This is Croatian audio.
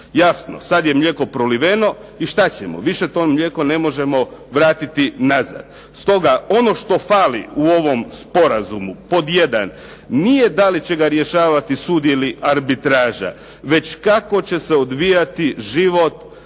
Jasno, sada je mlijeko proliveno i što ćemo, više to mlijeko ne možemo vratiti nazad. Stoga ono što fali u ovom sporazumu, pod jedan, nije da li će ga rješavati sud ili arbitraža, već kako će se odvijati život ljudi